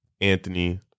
Anthony